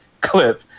clip